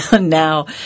now